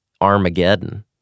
Armageddon